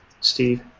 Steve